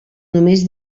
només